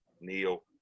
Neil